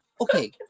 okay